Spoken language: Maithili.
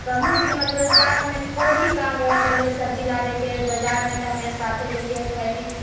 कहूँ भी मतलब साथमे कोइ भी काम रहैत रहलै सब्जी लाबैके बाजारमे तऽ हमेशा साथे जएती खएती